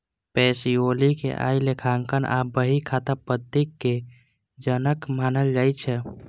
Pacioli कें आइ लेखांकन आ बही खाता पद्धतिक जनक मानल जाइ छै